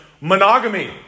monogamy